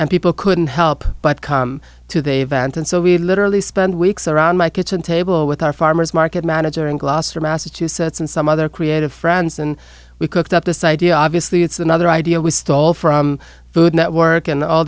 and people couldn't help but come to the event and so we literally spend weeks around my kitchen table with our farmer's market manager in gloucester massachusetts and some other creative friends and we cooked up this idea obviously it's another idea we stole from food network and all